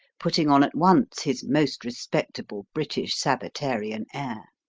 putting on at once his most respectable british sabbatarian air.